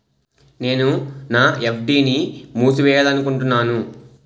నేను నా ఎఫ్.డి ని మూసివేయాలనుకుంటున్నాను